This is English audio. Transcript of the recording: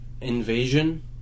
invasion